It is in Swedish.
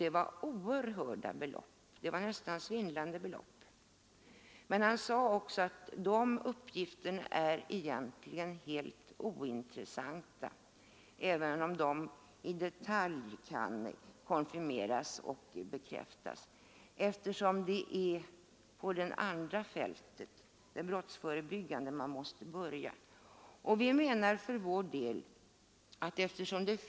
Det var oerhörda, nästan svindlande stora belopp. Men han sade också att sådana uppgifter egentligen är helt ointressanta, även om de i detalj kan konfirmeras, eftersom det är på det andra fältet, det brottsförebyggande, man måste börja.